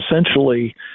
essentially